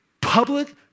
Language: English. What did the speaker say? public